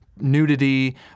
nudity